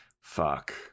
fuck